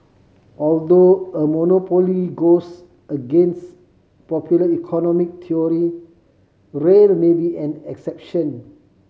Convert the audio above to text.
although a monopoly goes against popular economic theory rail may be an exception